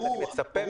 אני מצפה מאוד.